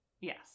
Yes